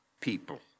people